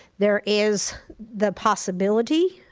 there is the possibility